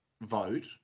vote